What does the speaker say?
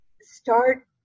start